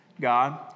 God